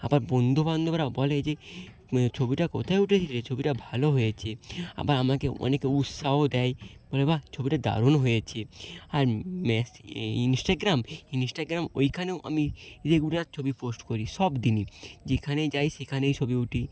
আবার বন্ধু বান্ধবরা বলে যে ছবিটা কোথায় উঠেছে রে ছবিটা ভালো হয়েছে আবার আমাকে অনেকে উৎসাহ দেয় বলে বাহ ছবিটা দারুণ হয়েছে আর ম্যাসে এই ইনস্টাগ্রাম ইনস্টাগ্রাম ওইখানেও আমি রেগুলার ছবি পোস্ট করি সব দিনের যেখানেই যাই সেখানেই ছবি উঠি